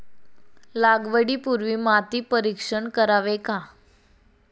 लागवडी पूर्वी माती परीक्षण करावे का?